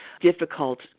difficult